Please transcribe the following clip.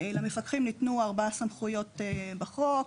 למפקחים ניתנו ארבע סמכויות בחוק: